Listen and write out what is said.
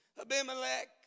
Abimelech